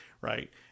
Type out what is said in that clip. right